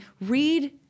read